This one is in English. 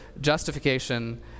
Justification